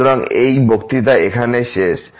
সুতরাং এই বক্তৃতা এখানেই শেষ